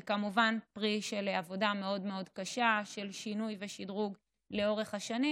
זה כמובן פרי עבודה מאוד מאוד קשה של שינוי ושדרוג לאורך השנים,